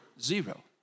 zero